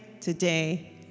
today